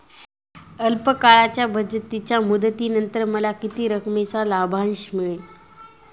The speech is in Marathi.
अल्प काळाच्या बचतीच्या मुदतीनंतर मला किती रकमेचा लाभांश मिळेल?